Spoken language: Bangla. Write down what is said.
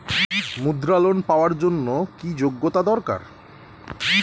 মুদ্রা লোন পাওয়ার জন্য কি যোগ্যতা দরকার?